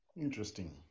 Interesting